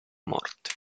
morte